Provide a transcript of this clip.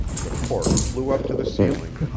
the cork flew up to the ceiling,